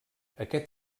aquest